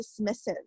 dismissive